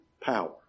power